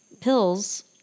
pills